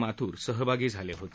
माथ्र सहभागी झाले होते